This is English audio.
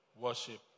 worship